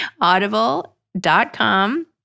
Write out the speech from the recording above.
Audible.com